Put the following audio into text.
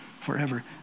forever